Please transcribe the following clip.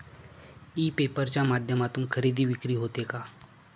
E paper च्या माध्यमातून खरेदी विक्री होते का?